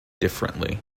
differently